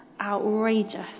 outrageous